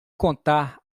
contar